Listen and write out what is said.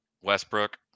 Westbrook